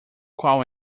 qual